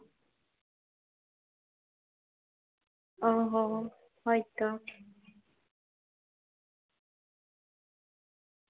ᱚ ᱦᱚᱸ ᱦᱳᱭᱛᱳ